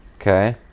Okay